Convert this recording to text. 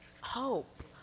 hope